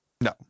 no